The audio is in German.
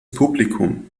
publikum